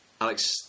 Alex